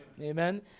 Amen